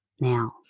now